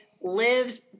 lives